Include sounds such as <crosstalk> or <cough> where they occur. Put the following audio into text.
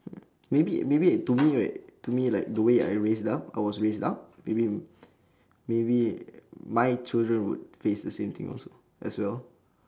m~ maybe maybe it to me right to me like the way I raised up I was raised up maybe <noise> maybe my children would face the same thing also as well